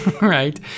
right